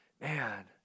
man